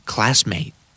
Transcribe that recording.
Classmate